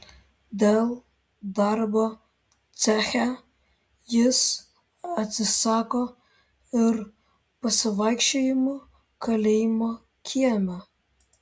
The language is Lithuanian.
dėl darbo ceche jis atsisako ir pasivaikščiojimų kalėjimo kieme